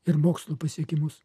ir mokslo pasiekimus